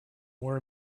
more